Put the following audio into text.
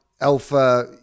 alpha